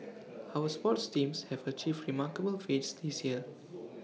our sports teams have achieved remarkable feats this year